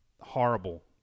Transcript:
Horrible